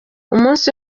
umunsi